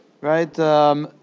right